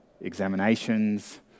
Examinations